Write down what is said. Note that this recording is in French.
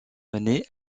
mené